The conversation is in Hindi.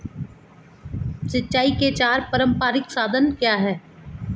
सिंचाई के चार पारंपरिक साधन क्या हैं?